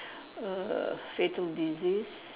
err fatal disease